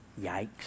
Yikes